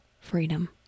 freedom